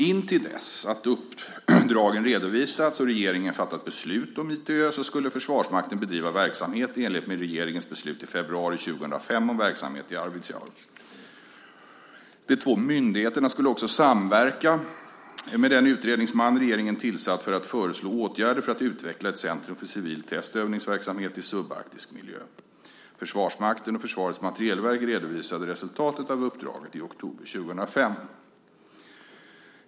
Intill dess att uppdragen redovisats och regeringen fattat beslut om ITÖ skulle Försvarsmakten bedriva verksamhet i enlighet med regeringens beslut i februari 2005 om verksamhet i Arvidsjaur. De två myndigheterna skulle också samverka med den utredningsman regeringen tillsatt för att föreslå åtgärder för att utveckla ett centrum för civil test och övningsverksamhet i subarktisk miljö. Försvarsmakten och Försvarets materielverk redovisade resultatet av uppdraget i oktober 2005.